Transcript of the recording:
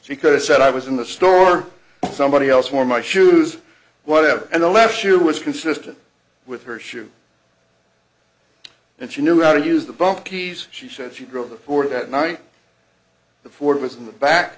she could've said i was in the store somebody else for my shoes whatever and the left shoe was consistent with her shoe and she knew how to use the bump keys she said she drove the poor that night the four of us in the back